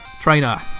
trainer